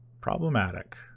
problematic